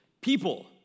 people